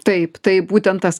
taip tai būtent tas